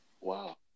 Wow